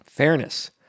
Fairness